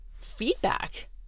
feedback